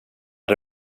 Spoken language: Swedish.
att